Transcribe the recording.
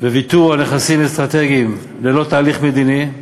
וויתור על נכסים אסטרטגיים ללא תהליך מדיני,